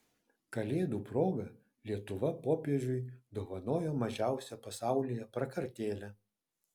kalėdų proga lietuva popiežiui dovanojo mažiausią pasaulyje prakartėlę